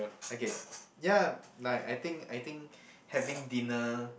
okay ya like I think I think having dinner